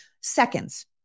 Seconds